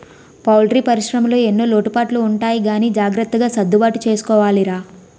poultry పరిశ్రమలో ఎన్నో లోటుపాట్లు ఉంటాయి గానీ జాగ్రత్తగా సర్దుబాటు చేసుకోవాలిరా